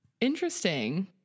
interesting